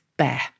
bear